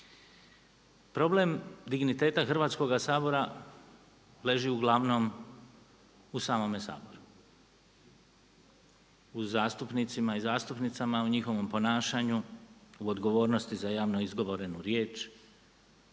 Problem digniteta Hrvatskoga sabora leži uglavnom u samome Saboru. U zastupnicima i zastupnicama i u njihovom ponašanju, u odgovornosti za javno izgovorenu riječ.